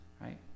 right